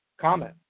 comment